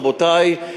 רבותי,